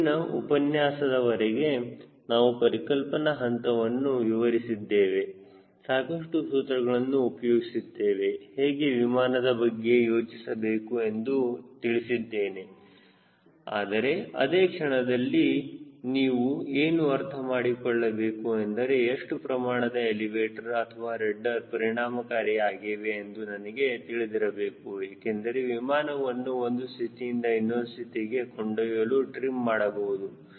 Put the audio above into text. ಇಂದಿನ ಉಪನ್ಯಾಸದವರೆಗೆ ನಾನು ಪರಿಕಲ್ಪನೆ ಹಂತವನ್ನು ವಿವರಿಸಿದ್ದೇನೆ ಸಾಕಷ್ಟು ಸೂತ್ರಗಳನ್ನು ಉಪಯೋಗಿಸಿದೆ ಹೇಗೆ ವಿಮಾನದ ಬಗ್ಗೆ ಯೋಚಿಸಬೇಕು ಎಂದು ತಿಳಿಸಿದ್ದೇನೆ ಆದರೆ ಅದೇ ಕ್ಷಣದಲ್ಲಿ ನೀವು ಏನು ಅರ್ಥ ಮಾಡಿಕೊಳ್ಳಬೇಕು ಎಂದರೆ ಎಷ್ಟು ಪ್ರಮಾಣದಲ್ಲಿ ಎಲಿವೇಟರ್ ಅಥವಾ ರಡ್ಡರ್ ಪರಿಣಾಮಕಾರಿ ಆಗಿವೆ ಎಂದು ನನಗೆ ತಿಳಿದಿರಬೇಕು ಏಕೆಂದರೆ ವಿಮಾನವನ್ನು ಒಂದು ಸ್ಥಿತಿಯಿಂದ ಇನ್ನೊಂದು ಸ್ಥಿತಿಗೆ ಕೊಂಡೊಯ್ಯಲು ಟ್ರಿಮ್ ಮಾಡಬಹುದು